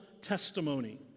testimony